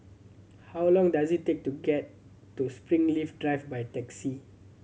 how long does it take to get to Springleaf Drive by taxi